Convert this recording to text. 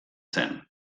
zen